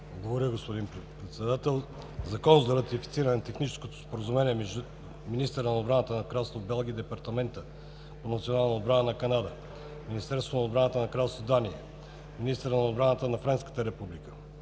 ПОПОВ: Господин Председател! „ЗАКОН за ратифициране на Техническото споразумение между министъра на отбраната на Кралство Белгия и Департамента по национална отбрана на Канада, Министерството на отбраната на Кралство Дания, министъра на отбраната на Френската Република,